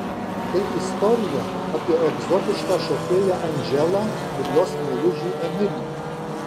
tai istorija apie egzotišką šokėją andželą ir jos meilužį emilį